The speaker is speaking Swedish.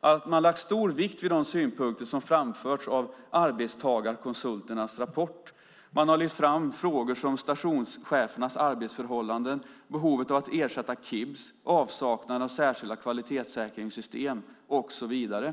att man har lagt stor vikt vid de synpunkter som har framförts av arbetstagarkonsulternas rapport. Man har lyft fram frågor som stationschefernas arbetsförhållanden, behovet av att ersätta KIBS, avsaknaden av särskilda kvalitetssäkringssystem och så vidare.